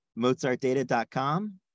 MozartData.com